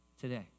today